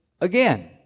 again